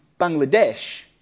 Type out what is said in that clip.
Bangladesh